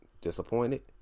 disappointed